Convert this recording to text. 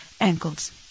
ankles